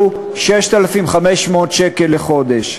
שהוא 6,500 שקלים לחודש.